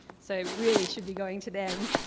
so really should be going to them